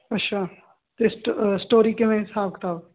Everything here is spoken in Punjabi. ਅੱਛਾ ਅਤੇ ਸਟੋ ਸਟੋਰੀ ਕਿਵੇਂ ਹਿਸਾਬ ਕਿਤਾਬ